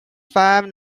five